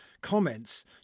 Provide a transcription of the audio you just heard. comments